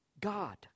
God